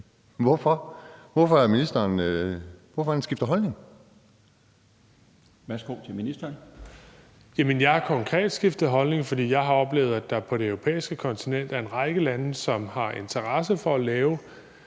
integrationsministeren (Kaare Dybvad Bek): Jeg har konkret skiftet holdning, fordi jeg har oplevet, at der på det europæiske kontinent er en række lande, som har interesse for at lave